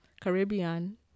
caribbean